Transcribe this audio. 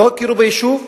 לא הכירו ביישוב,